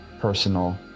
personal